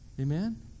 Amen